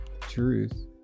Truth